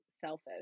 selfish